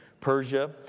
Persia